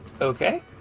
Okay